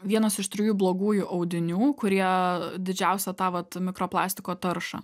vienas iš trijų blogųjų audinių kurie didžiausią tą vat mikroplastiko taršą